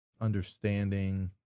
understanding